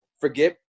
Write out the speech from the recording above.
Forget